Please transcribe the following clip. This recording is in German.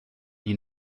die